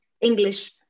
English